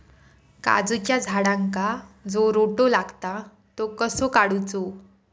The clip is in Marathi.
काजूच्या झाडांका जो रोटो लागता तो कसो काडुचो?